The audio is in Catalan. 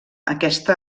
aquesta